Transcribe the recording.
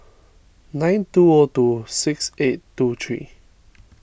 nine two O two six eight two three